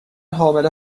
حامله